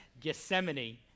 Gethsemane